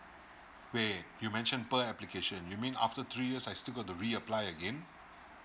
!wei! you mention per application you mean after three years I still got to reapply again